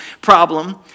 problem